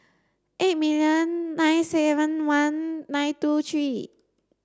eight million nine seven one nine two three